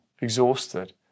exhausted